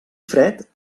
fred